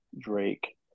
Drake